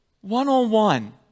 one-on-one